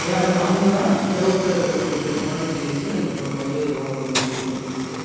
ஏன் அப்படின்னா அவங்கதான் அந்த லோக்கலில் இருக்குறவங்களுக்கு ஏத்தமாதிரி பேசி அந்த பொருளை வந்து வாங்க வைக்க முடியும் அப்படி சொல்லிட்டு